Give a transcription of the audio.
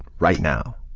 right now.